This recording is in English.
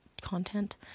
content